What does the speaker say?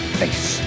face